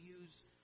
use